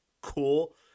cool